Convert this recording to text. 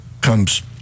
comes